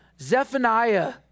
Zephaniah